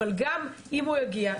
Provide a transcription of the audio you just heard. אבל גם אם הוא יגיע,